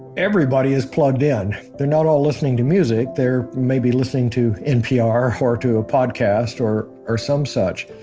everybody is plugged in. they're not all listening to music, they're maybe listening to npr, or to a podcast or or some such.